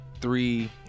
Three